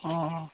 ᱚᱻ